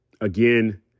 again